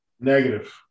Negative